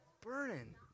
burning